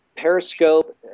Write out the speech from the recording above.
Periscope